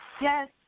Yes